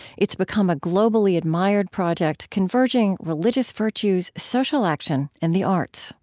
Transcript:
it's become a globally admired project converging religious virtues, social action and the arts